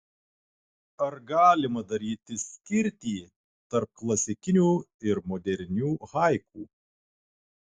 ar galima daryti skirtį tarp klasikinių ir modernių haiku